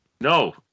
No